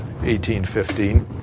1815